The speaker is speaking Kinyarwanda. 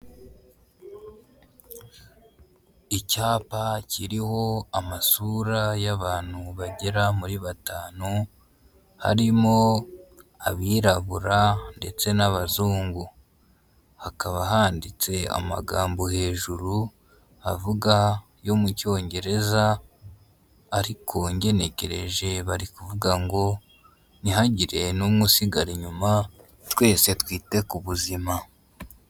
Icyapa kiriho amasura y'abantu bagera muri batanu. Harimo abirabura ndetse n'abazungu. Hakaba handitse amagambo hejuru avuga yo mu cyongereza ariko ngenekereje bari kuvuga ngo ntihagire n'umwe usigara inyuma twese twite ku buzima.